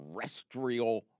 terrestrial